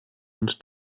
und